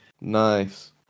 Nice